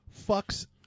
Fucks